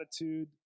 attitude